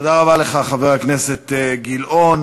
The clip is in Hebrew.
תודה רבה לך, חבר הכנסת גילאון.